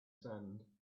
sand